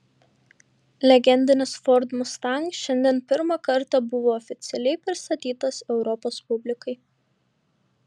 legendinis ford mustang šiandien pirmą kartą buvo oficialiai pristatytas europos publikai